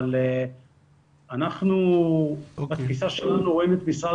אבל אנחנו בתפיסה שלנו רואים את משרד